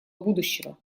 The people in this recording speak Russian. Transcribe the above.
будущего